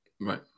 Right